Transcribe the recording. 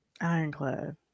Ironclad